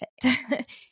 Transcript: perfect